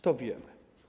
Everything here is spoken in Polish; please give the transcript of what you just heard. To wiemy.